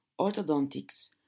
orthodontics